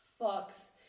fucks